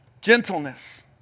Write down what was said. Gentleness